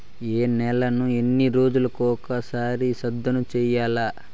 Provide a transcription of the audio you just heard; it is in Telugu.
ఏ నేలను ఎన్ని రోజులకొక సారి సదును చేయల్ల?